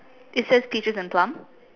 it says peaches and plum